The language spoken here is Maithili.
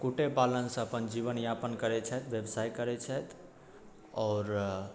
कुक्कुटे पालनसँ अपन जीवनयापन करै छथि बेवसाइ करै छथि आओर